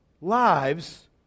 lives